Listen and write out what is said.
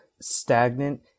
stagnant